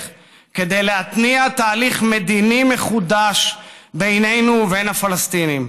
כדי להתניע תהליך מדיני מחודש בינינו לבין הפלסטינים.